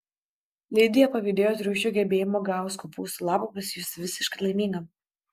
lidija pavydėjo triušiui gebėjimo gavus kopūsto lapą pasijusti visiškai laimingam